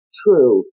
true